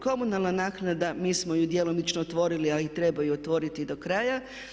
Komunalna naknada, mi smo je djelomično otvorili a treba je otvoriti do kraja.